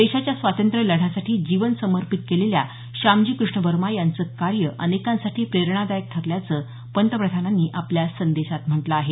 देशाच्या स्वातंत्र्यलढ्यासाठी जीवन समर्पित केलेल्या श्यामजी कृष्ण वर्मा यांचं कार्य अनेकांसाठी प्रेरणादायक ठरल्याचं पंतप्रधानांनी आपल्या संदेशात म्हटलं आहे